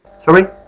Sorry